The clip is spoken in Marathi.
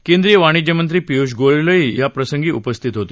केंद्रीय वाणिज्य मंत्री पियूष गोयलही या प्रसंगी उपस्थित होते